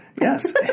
Yes